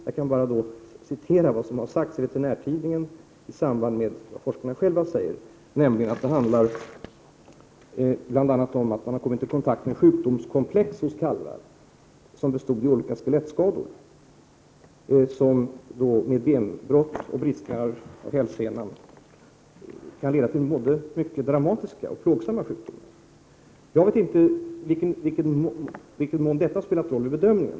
Jag kan bara citera vad som har sagts i Veterinärtidningen i samband med forskarnas egna uttalanden, nämligen att det bl.a. handlar om att man har kommit i kontakt med sjukdomskomplex hos kalvar, som består i olika skelettskador med benbrott och bristningar av hälsenan som följd, vilket kan leda till mycket dramatiska och plågsamma sjukdomar. Jag vet inte i vilken mån detta har haft betydelse vid bedömningen.